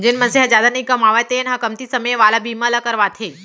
जेन मनसे ह जादा नइ कमावय तेन ह कमती समे वाला बीमा ल करवाथे